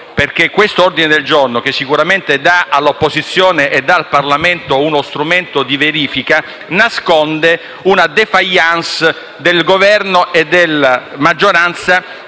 del volpino. L'ordine del giorno infatti, che sicuramente dà all'opposizione e al Parlamento uno strumento di verifica, nasconde una *défaillance* del Governo e della maggioranza,